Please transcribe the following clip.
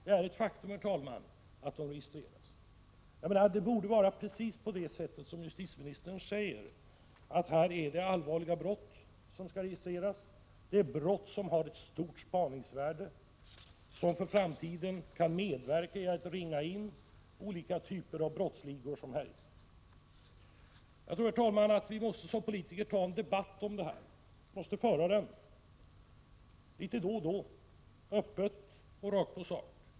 Det är ett faktum, herr talman, att de registreras. Det borde vara på det sätt som justitieministern sade, nämligen att det är allvarliga brott som skall registreras. Det är brott som har stort spaningsvärde och där registreringen för framtiden kan bidra till inringningen av olika typer av brottsligor. Jag tror att vi som politiker måste ta en debatt om det här och föra den litet då och då, öppet och rakt på sak.